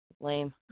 Lame